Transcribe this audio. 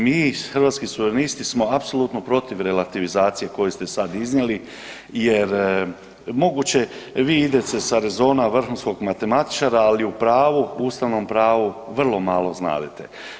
Mi Hrvatski suverenisti smo apsolutno protiv relativizacije koju ste sad iznijeli jer moguće vi idete sa rezona vrhunskog matematičara, ali o pravu, ustavnom pravu vrlo malo znadete.